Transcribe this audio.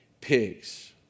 pigs